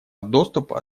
доступа